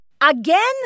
Again